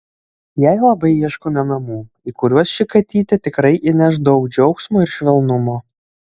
jai labai ieškome namų į kuriuos ši katytė tikrai įneš daug džiaugsmo ir švelnumo